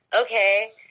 Okay